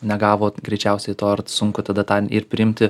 negavo greičiausiai to ar sunku tada tą ir priimti